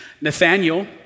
Nathaniel